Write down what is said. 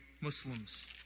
Muslims